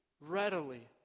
readily